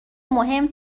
مهم